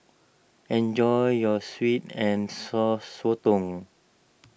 enjoy your Sweet and Sour Sotong